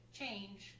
change